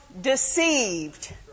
deceived